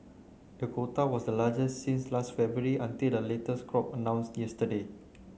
the quota was the largest since last February until the latest crop announced yesterday